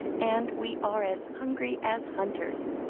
and we are as hungry as hunters.